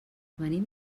venim